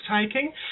taking